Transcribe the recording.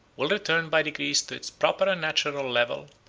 will return by degrees to its proper and natural level,